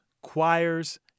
choirs